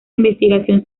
investigación